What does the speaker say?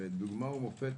ודוגמה ומופת